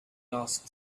lost